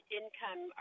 income